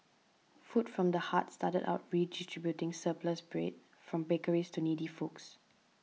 food from the Heart started out redistributing surplus bread from bakeries to needy folks